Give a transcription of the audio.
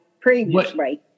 previously